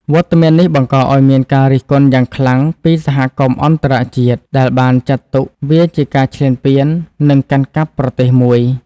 វត្តមាននេះបង្កឱ្យមានការរិះគន់យ៉ាងខ្លាំងពីសហគមន៍អន្តរជាតិ ដែលបានចាត់ទុកវាជាការឈ្លានពាន និងកាន់កាប់ប្រទេសមួយ។